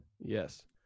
yes